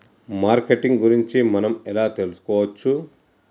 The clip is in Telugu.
మార్కెటింగ్ గురించి మనం ఎలా తెలుసుకోవచ్చు?